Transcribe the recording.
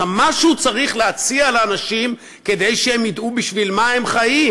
משהו אתה צריך להציע לאנשים כדי שהם ידעו בשביל מה הם חיים,